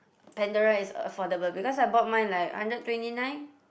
Pandora is affordable because I bought mine like hundred twenty nine